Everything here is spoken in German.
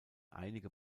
einige